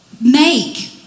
make